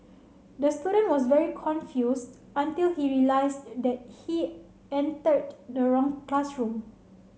the student was very confused until he realised the he entered the wrong classroom